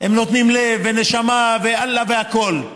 הם נותנים לב ונשמה ואללה והכול.